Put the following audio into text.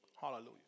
Hallelujah